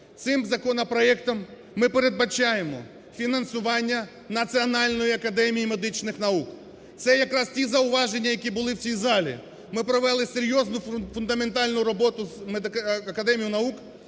цим законопроектом ми передбачаємо фінансування Національної академії медичних наук. Це якраз ті зауваження, які були в цій залі ми провели серйозну фундаментальну роботу з Академією наук